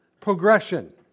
progression